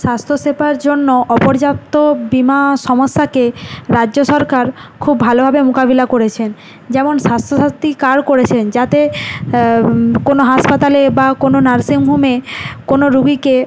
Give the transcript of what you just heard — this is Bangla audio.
স্বাস্থ্য সেবার জন্য অপর্যাপ্ত বিমা সমস্যাকে রাজ্য সরকার খুব ভালোভাবে মোকাবিলা করেছেন যেমন স্বাস্থ্য সাথী কার্ড করেছেন যাতে কোনো হাসপাতালে বা কোনো নার্সিং হোমে কোনো রোগীকে